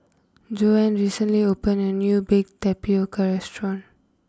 Joanne recently opened a new Baked Tapioca restaurant